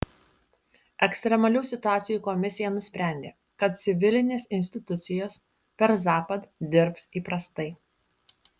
ekstremalių situacijų komisija nusprendė kad civilinės institucijos per zapad dirbs įprastai